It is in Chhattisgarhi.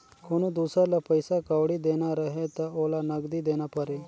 कोनो दुसर ल पइसा कउड़ी देना रहें त ओला नगदी देना परे